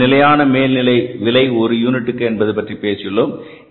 நாம் நிலையான மேல்நிலை விலை ஒரு யூனிட்டிற்கு என்பது பற்றி பேசியுள்ளோம்